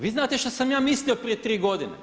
Vi znate što sam ja mislio prije tri godine.